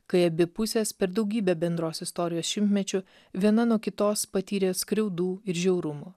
kai abi pusės per daugybę bendros istorijos šimtmečių viena nuo kitos patyrė skriaudų ir žiaurumų